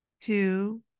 two